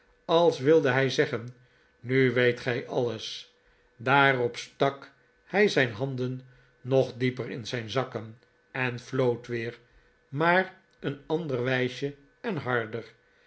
als wilde hij zeggen nu weet gij alles daarop stak hij zijn handen nog dieper in zijn zakken en floot weer maar een ander wijsje en harder